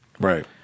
Right